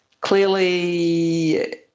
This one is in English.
Clearly